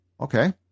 Okay